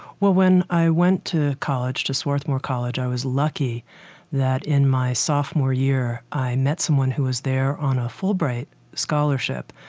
when i went to college, to swarthmore college, i was lucky that in my sophomore year, i met someone who was there on a fulbright scholarship,